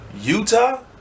Utah